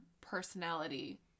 personality